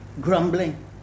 grumbling